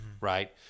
Right